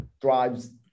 drives